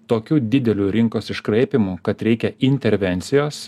tokiu dideliu rinkos iškraipymu kad reikia intervencijos